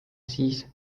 siis